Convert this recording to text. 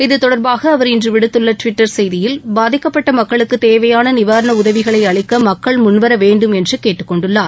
இத்தொடர்பாக அவர் இன்று விடுத்துள்ள ட்விட்டர் செய்தியில் பாதிக்கப்பட்ட மக்களுக்குத் தேவையாள நிவாரண உதவிகளை அளிக்க மக்கள் முன்வர வேண்டும் என்று கேட்டுக்கொண்டுள்ளார்